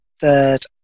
third